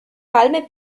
palme